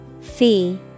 Fee